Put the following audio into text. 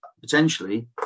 potentially